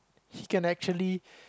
he can actually